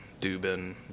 Dubin